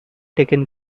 taken